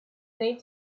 need